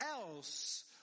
else